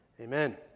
Amen